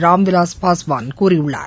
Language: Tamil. ராம்விலாஸ் பாஸ்வான் கூறியுள்ளார்